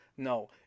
No